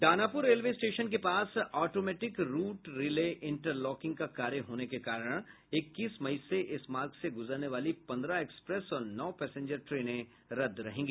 Danapur railway station के पास automatic route relay interlocking का कार्य होने के कारण इक्कीस मई से इस मार्ग से गुजरने वाली पन्द्रह एक्सप्रेस और नौ पैसेंजर ट्रेनें रद्द रहेंगी